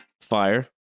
Fire